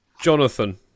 Jonathan